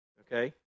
okay